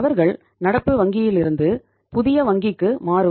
அவர்கள் நடப்பு வங்கியில் இருந்து புதிய வங்கிக்கு மாறுவர்